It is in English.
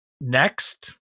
next